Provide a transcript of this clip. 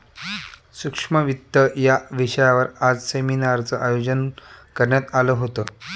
सूक्ष्म वित्त या विषयावर आज सेमिनारचं आयोजन करण्यात आलं होतं